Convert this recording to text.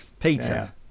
Peter